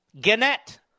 Gannett